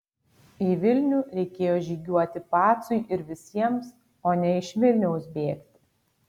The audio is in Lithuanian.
į vilnių reikėjo žygiuoti pacui ir visiems o ne iš vilniaus bėgti